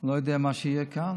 אני לא יודע מה יהיה כאן,